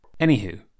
Anywho